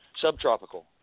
Subtropical